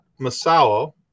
Masao